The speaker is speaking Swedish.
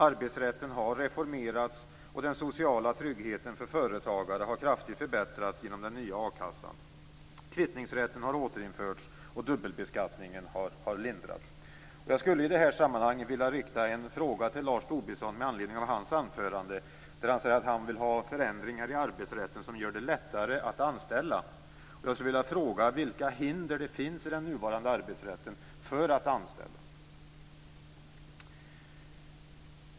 Arbetsrätten har reformerats, och den sociala tryggheten för företagare har kraftigt förbättrats genom den nya a-kassan. Kvittningsrätten har återinförts och dubbelbeskattningen har lindrats. Jag skulle i det här sammanhanget vilja rikta en fråga till Lars Tobisson med anledning av hans anförande. Han sade att han vill ha förändringar i arbetsrätten som gör det lättare att anställa. Vilka hinder finns i den nuvarande arbetsrätten mot att anställa?